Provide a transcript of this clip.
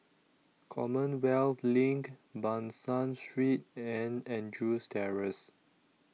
Commonwealth LINK Ban San Street and Andrews Terrace